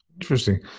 Interesting